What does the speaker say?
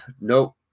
Nope